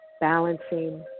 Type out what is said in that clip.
Balancing